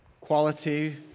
Quality